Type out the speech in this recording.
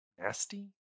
nasty